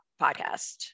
podcast